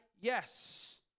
Yes